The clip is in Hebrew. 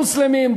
אם מוסלמים,